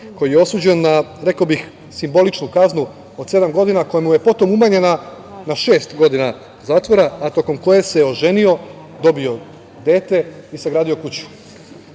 koji je osuđen na, rekao bih, simboličnu kaznu od sedam godina koja mu je potom umanjena na šest godina zatvora, a tokom koje se oženio, dobio dete i sagradio kuću. Nakon